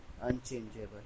unchangeable